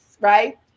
right